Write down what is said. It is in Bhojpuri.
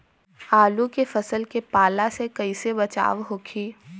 आलू के फसल के पाला से कइसे बचाव होखि?